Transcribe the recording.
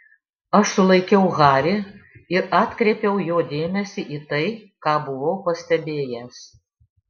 aš sulaikiau harį ir atkreipiau jo dėmesį į tai ką buvau pastebėjęs